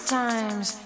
times